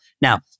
Now